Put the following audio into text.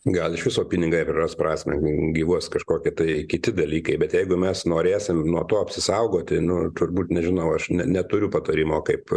gal iš viso pinigai praras prasmę gyvuos kažkokie tai kiti dalykai bet jeigu mes norėsim nuo to apsisaugoti nu turbūt nežinau aš ne neturiu patarimo kaip